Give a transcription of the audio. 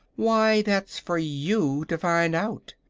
why, that's for you to find out,